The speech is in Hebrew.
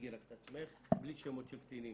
תציגי את עצמך בלי שמות של קטינים.